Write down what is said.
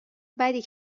بدی